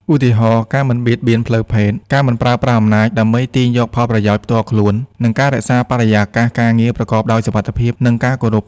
ឧទាហរណ៍ ការមិនបៀតបៀនផ្លូវភេទ ការមិនប្រើប្រាស់អំណាចដើម្បីទាញយកផលប្រយោជន៍ផ្ទាល់ខ្លួន និងការរក្សាបរិយាកាសការងារប្រកបដោយសុវត្ថិភាព និងការគោរព។